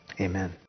amen